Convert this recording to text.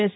S